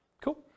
Cool